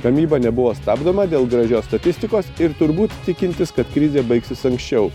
gamyba nebuvo stabdoma dėl gražios statistikos ir turbūt tikintis kad krizė baigsis anksčiau